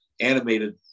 animated